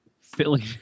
filling